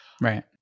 Right